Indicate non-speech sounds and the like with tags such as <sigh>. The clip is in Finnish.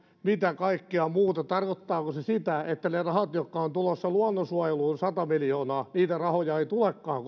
ja mitä kaikkea muuta tarkoittaako se sitä että niitä rahoja jotka ovat tulossa luonnonsuojeluun sata miljoonaa ei tulekaan <unintelligible>